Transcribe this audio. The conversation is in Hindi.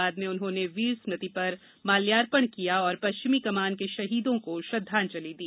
बाद में उन्होंने वीर स्मृति पर माल्यार्पण किया और पश्चिमी कमान के शहीदों को श्रद्वांजलि दी